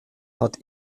hat